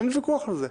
אין ויכוח על זה.